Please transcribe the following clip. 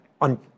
on